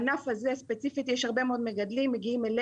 בענף הזה ספציפית יש הרבה מאוד מגדלים הם פונים